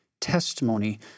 testimony